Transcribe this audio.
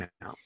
now